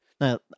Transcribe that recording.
Now